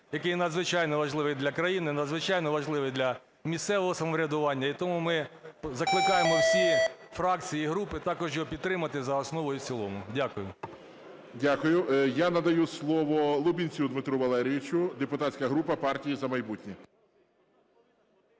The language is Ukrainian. який надзвичайно важливий для країни і надзвичайно важливий для місцевого самоврядування. І тому ми закликаємо всі фракції і групи також його підтримати за основу і в цілому. Дякую. ГОЛОВУЮЧИЙ. Дякую. Я надаю слово Лубінцю Дмитру Валерійовичу, депутатська група "Партія "За майбутнє".